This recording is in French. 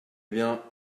bien